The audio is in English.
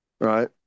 right